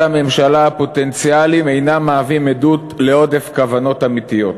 הממשלה הפוטנציאליים אינם מהווים עדות לעודף כוונות אמיתיות.